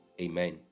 Amen